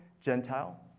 Gentile